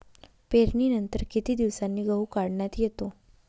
पेरणीनंतर किती दिवसांनी गहू काढण्यात येतो?